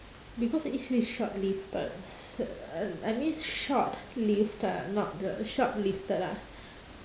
because it say short-lived but uh I mean short-lived ah not the shoplifted ah